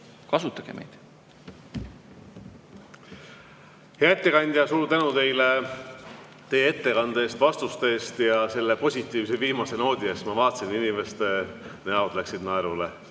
Kasutage meid. Hea ettekandja, suur tänu teile ettekande eest, vastuste eest ja selle positiivse viimase noodi eest! Ma vaatasin, et inimeste näod läksid naerule.